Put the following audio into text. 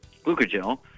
glucagel